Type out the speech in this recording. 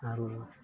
আৰু